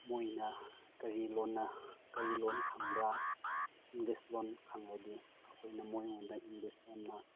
ꯃꯣꯏꯅ ꯀꯔꯤꯂꯣꯟꯅ ꯀꯔꯤ ꯂꯣꯟ ꯈꯪꯕ꯭ꯔꯥ ꯏꯪꯂꯤꯁ ꯂꯣꯟ ꯈꯪꯉꯗꯤ ꯑꯩꯈꯣꯏꯅ ꯃꯣꯏꯉꯣꯟꯗ ꯏꯪꯂꯤꯁ ꯂꯣꯟꯅ